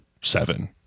seven